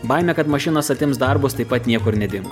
baimė kad mašinos atims darbus taip pat niekur nedingo